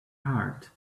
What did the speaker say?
heart